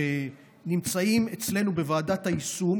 כל האנשים שנמצאים אצלנו בוועדת היישום,